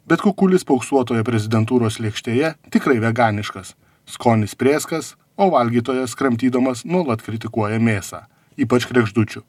bet kukulis paauksuotoje prezidentūros lėkštėje tikrai veganiškas skonis prėskas o valgytojas kramtydamas nuolat kritikuoja mėsą ypač kregždučių